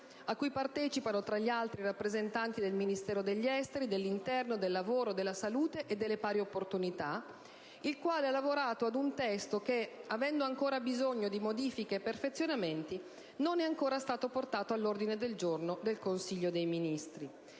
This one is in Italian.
a cui partecipano, tra gli altri, i rappresentanti del Ministero degli esteri, dell'interno, del lavoro, della salute e delle pari opportunità, che ha lavorato ad un testo che, avendo ancora bisogno di modifiche e perfezionamenti, non è ancora stato portato all'ordine del giorno del Consiglio dei Ministri.